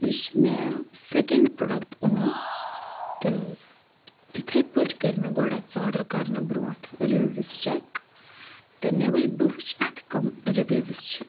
یُس مےٚ second product اوٚن تہٕ تِتھَے پٲٹھۍ کٔر مےٚ گۄڈٕ اَتھ آرڈَر کَرنہٕ برونٹھ رِوِوٕز چیک تہٕ مےٚ وٕچھ بہٕ وٕچھ اَتھ کَم رِوِوٕز چھِ